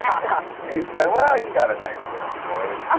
and he said, well, you've got a nice little voice. oh!